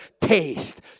Taste